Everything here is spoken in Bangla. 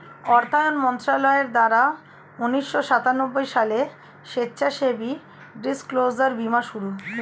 অর্থায়ন মন্ত্রণালয়ের দ্বারা উন্নিশো সাতানব্বই সালে স্বেচ্ছাসেবী ডিসক্লোজার বীমার শুরু